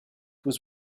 was